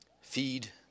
feed